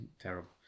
Terrible